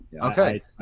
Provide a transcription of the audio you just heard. Okay